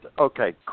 Okay